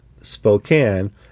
Spokane